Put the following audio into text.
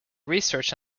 research